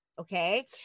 okay